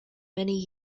many